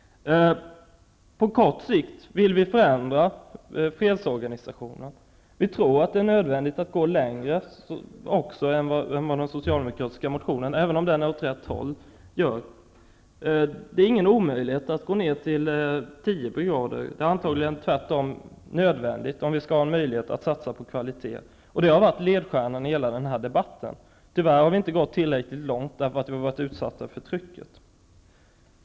På kort sikt vill vi förändra fredsorganisationen. Vi tror att det också är nödvändigt att gå längre än vad som föreslås i den socialdemokratiska motionen, även om den går åt rätt håll. Det är ingen omöjlighet att gå ner till tio brigader. Det är tvärtom antagligen nödvändigt om vi skall ha möjlighet att satsa på kvalitet, och det har varit ledstjärnan i hela denna debatt. Tyvärr har vi inte gått tillräckligt långt, eftersom vi har varit utsatta för tryck.